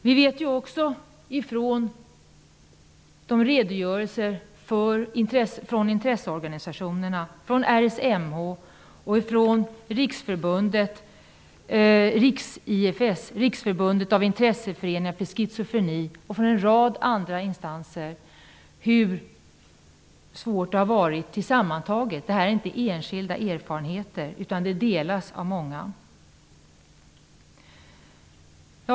Riksförbundet för schizofreni och en rad andra organisationer -- känner vi till de sammantagna svårigheterna. Det handlar inte om enskilda erfarenheter, utan de delas av många.